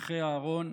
פרחי אהרון,